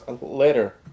later